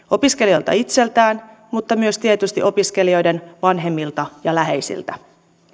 opiskelijoilta itseltään mutta myös tietysti opiskelijoiden vanhemmilta ja läheisiltä